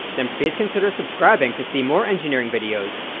then please consider subscribing to see more engineering videos,